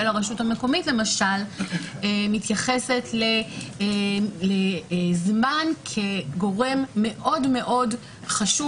הרשות המקומית למשל מתייחסות לזמן כגורם מאוד מאוד חשוב,